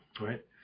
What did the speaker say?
Right